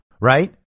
right